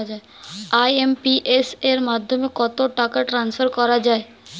IMPS এর মাধ্যমে কত টাকা ট্রান্সফার করা যায়?